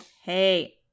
Hey